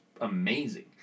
amazing